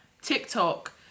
TikTok